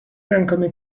renkami